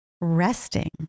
resting